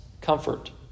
comfort